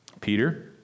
Peter